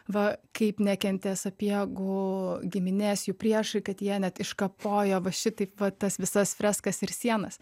va kaip nekentė sapiegų giminės jų priešai kad jie net iškapojo va šitaip va tas visas freskas ir sienas